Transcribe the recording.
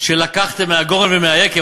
שלקחתם מן הגורן ומן היקב,